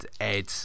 Ed